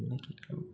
என்ன கேட்கலாம்